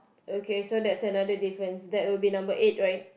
okay so that's another difference that will be number eight right